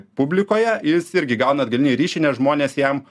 publikoje jis irgi gauna atgalinį ryšį nes žmonės jam